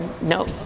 No